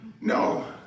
No